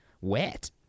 wet